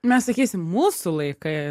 mes sakysim mūsų laikai